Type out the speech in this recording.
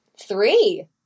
Three